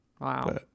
wow